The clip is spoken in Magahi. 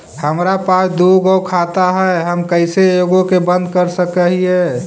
हमरा पास दु गो खाता हैं, हम कैसे एगो के बंद कर सक हिय?